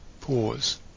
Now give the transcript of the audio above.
Pause